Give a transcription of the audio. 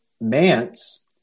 Mance